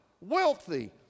wealthy